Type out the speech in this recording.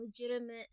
legitimate